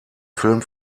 film